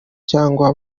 cyangwa